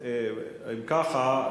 אם ככה,